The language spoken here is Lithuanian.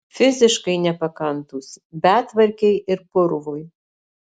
fiziškai nepakantūs betvarkei ir purvui